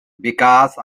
because